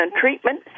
treatment